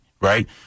right